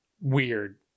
weird